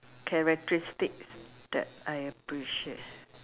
characteristics that I appreciate